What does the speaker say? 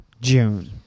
June